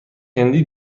هندی